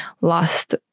lost